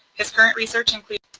his current research includes.